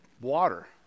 water